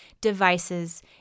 devices